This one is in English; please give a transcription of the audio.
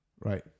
right